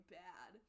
bad